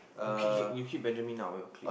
okay K you kick Benjamin out of your clique